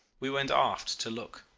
we went aft to look.